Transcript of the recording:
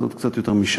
זה עוד קצת יותר משנה.